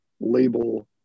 label